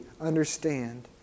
understand